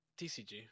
TCG